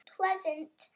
pleasant